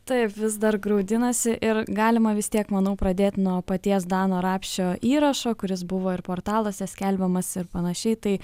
taip vis dar graudinasi ir galima vis tiek manau pradėt nuo paties dano rapšio įrašo kuris buvo ir portaluose skelbiamas ir panašiai tai